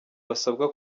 basabwa